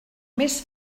més